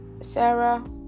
Sarah